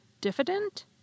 diffident